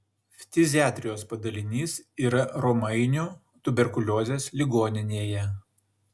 ftiziatrijos padalinys yra romainių tuberkuliozės ligoninėje